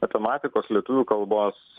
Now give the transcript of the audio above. matematikos lietuvių kalbos